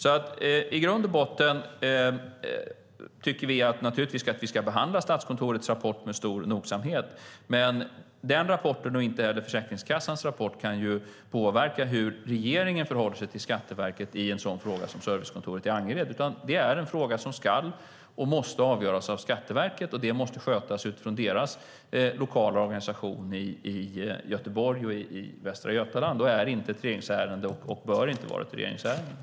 Vi ska naturligtvis behandla Statskontorets rapport med stor nogsamhet, men varken den rapporten eller Försäkringskassans rapport kan påverka hur regeringen förhåller sig till Skatteverket i en sådan fråga som servicekontoret i Angered. Det är en fråga som ska och måste avgöras av Skatteverket, och det måste skötas utifrån Skatteverkets egen lokala organisation i Göteborg och i Västra Götaland. Det är inte ett regeringsärende och bör heller inte vara det.